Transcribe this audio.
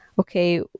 okay